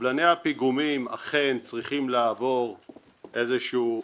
קבלני הפיגומים אכן צריכים לעבור איזשהו חינוך,